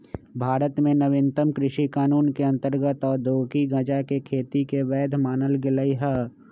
भारत में नवीनतम कृषि कानून के अंतर्गत औद्योगिक गजाके खेती के वैध मानल गेलइ ह